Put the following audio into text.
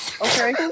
okay